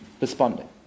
responding